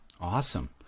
Awesome